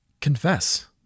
Confess